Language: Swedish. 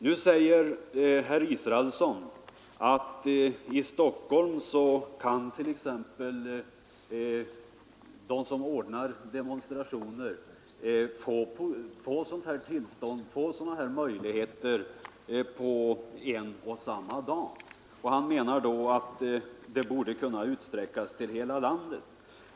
Nu säger herr Israelsson att de som vill anordna en demonstration i Stockholm kan få tillstånd samma dag, och han menar att det borde kunna utsträckas att gälla hela landet.